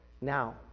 Now